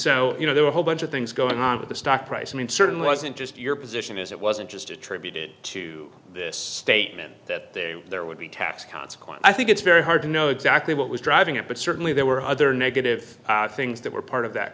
so you know there were a whole bunch of things going on with the stock price i mean certainly wasn't just your position is it wasn't just attributed to this statement that there would be tax consequence i think it's very hard to know exactly what was driving it but certainly there were other negative things that were part of that